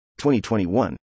2021